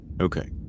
Okay